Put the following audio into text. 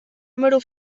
maror